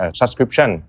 subscription